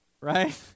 right